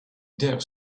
dare